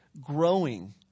growing